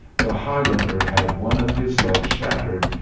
the highlander had one of his legs shattered,